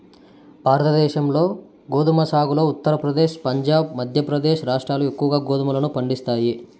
భారతదేశంలో గోధుమ సాగులో ఉత్తరప్రదేశ్, పంజాబ్, మధ్యప్రదేశ్ రాష్ట్రాలు ఎక్కువగా గోధుమలను పండిస్తాయి